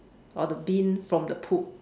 or the bean from the poop